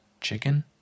chicken